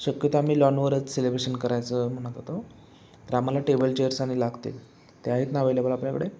शक्यतो आम्ही लॉनवरच सेलिब्रेशन करायचं म्हणत होतो तर आम्हाला टेबल चेअर्स आणी लागतील ते आहेत ना अव्हेलेबल आपल्याकडे